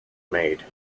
made